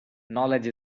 knowledge